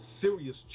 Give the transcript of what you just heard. serious